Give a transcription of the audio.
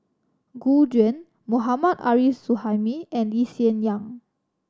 Gu Juan Mohammad Arif Suhaimi and Lee Hsien Yang